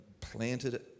planted